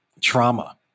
trauma